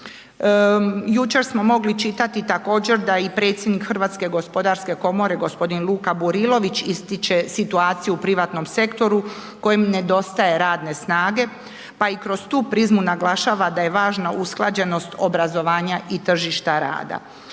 Jučer smo mogli čitati također da je i predsjednik Hrvatske gospodarske komore gospodin Luka Burilović ističe situaciju u privatnom sektoru kojem nedostaje radne snage, pa i kroz tu prizmu naglašava da je važna usklađenost obrazovanja i tržišta rada.